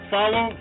Follow